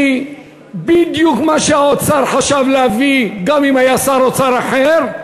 כי בדיוק מה שהאוצר חשב להביא גם אם היה שר אוצר אחר,